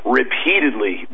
repeatedly